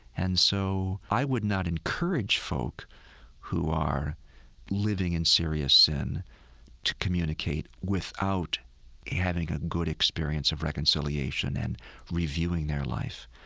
and so i would not encourage folk who are living in serious sin to communicate without having a good experience of reconciliation and reviewing their life.